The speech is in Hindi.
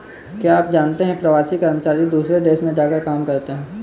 क्या आप जानते है प्रवासी कर्मचारी दूसरे देश में जाकर काम करते है?